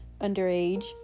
underage